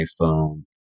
iPhone